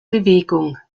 bewegung